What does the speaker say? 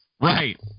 Right